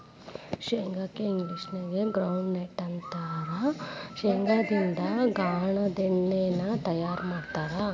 ಶೇಂಗಾ ಕ್ಕ ಇಂಗ್ಲೇಷನ್ಯಾಗ ಗ್ರೌಂಡ್ವಿ ನ್ಯೂಟ್ಟ ಅಂತಾರ, ಶೇಂಗಾದಿಂದ ಗಾಂದೇಣ್ಣಿನು ತಯಾರ್ ಮಾಡ್ತಾರ